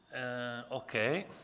Okay